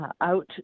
out